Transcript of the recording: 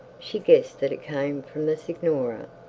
she guessed that it came from the signora.